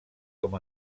com